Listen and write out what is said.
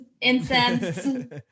incense